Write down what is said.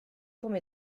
courts